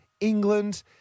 England